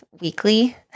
weekly